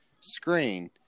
screen